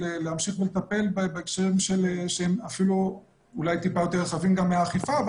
להמשיך לטפל בהקשרים שהם אפילו יותר רחבים גם מהאכיפה,